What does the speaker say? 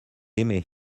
aimée